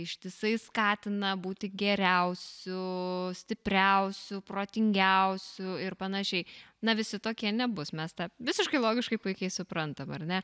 ištisai skatina būti geriausiu stipriausiu protingiausiu ir panašiai na visi tokie nebus mes tą visiškai logiškai puikiai suprantam ar ne